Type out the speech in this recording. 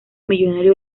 millonario